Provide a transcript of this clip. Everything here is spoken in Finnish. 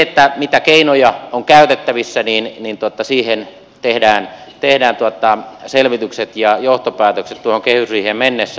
siitä mitä keinoja on käytettävissä tehdään selvitykset ja johtopäätökset tuohon kehysriiheen mennessä